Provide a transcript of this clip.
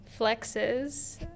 flexes